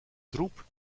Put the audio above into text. troep